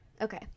okay